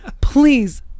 Please